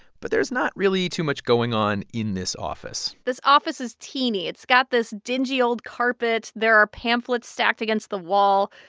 but there's not really too much going on in this office this office is teeny. it's got this dingy old carpet. there are pamphlets stacked against the wall.